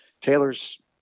Taylor's